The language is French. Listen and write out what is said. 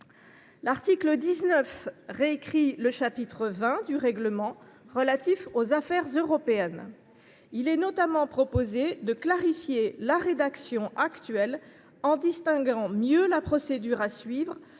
L’article 19 réécrit le chapitre XX du règlement, relatif aux affaires européennes. Il est notamment proposé de clarifier la rédaction actuelle en distinguant mieux la procédure à suivre,